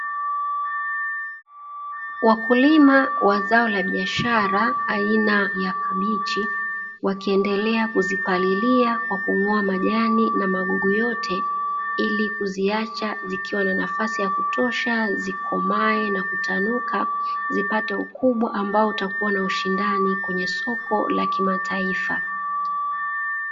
Wakulima wa zao la biashara aina ya kabichi wakiendelea kuzipalilia kwa kung'oa majani na magugu yote ili kuziacha zikiwa na nafasi ya kutosha zikomae na kutanuka, zipate ukubwa ambao utakuwa na ushindani kwenye soko la kimataifa.